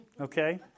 okay